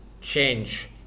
change